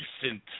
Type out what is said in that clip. decent